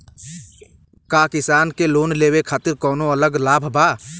का किसान के लोन लेवे खातिर कौनो अलग लाभ बा?